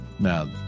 Now